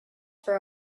for